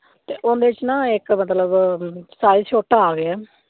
ਅਤੇ ਉਹਦੇ 'ਚ ਨਾ ਇੱਕ ਮਤਲਬ ਸਾਈਜ਼ ਛੋਟਾ ਆ ਗਿਆ